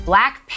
Black